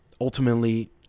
ultimately